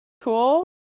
cool